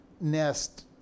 nest